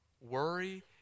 worry